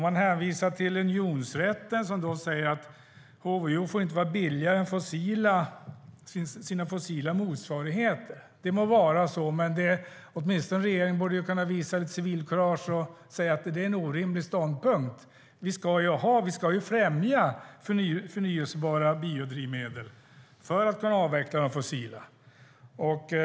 Man hänvisar till unionsrätten som säger att HVO inte får vara billigare än sina fossila motsvarigheter. Det må vara så, men regeringen borde åtminstone kunna visa lite civilkurage och säga att det är en orimlig ståndpunkt. Vi ska ju främja förnybara biodrivmedel för att kunna avveckla de fossila.